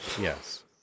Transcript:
Yes